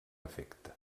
efecte